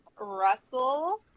Russell